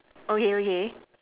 okay okay